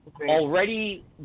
already